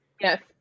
Yes